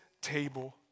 table